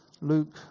Luke